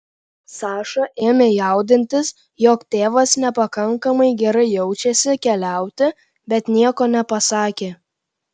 saša ėmė jaudintis jog tėvas nepakankamai gerai jaučiasi keliauti bet nieko nepasakė